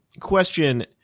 question